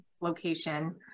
location